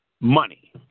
money